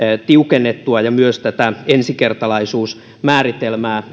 tiukennettua ja myös tätä ensikertalaisuusmääritelmää